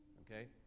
Okay